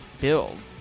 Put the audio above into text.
builds